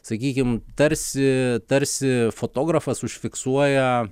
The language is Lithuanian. sakykim tarsi tarsi fotografas užfiksuoja